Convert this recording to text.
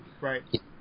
Right